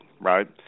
right